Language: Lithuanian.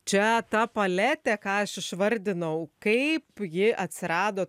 čia ta paletė ką aš išvardinau kaip ji atsirado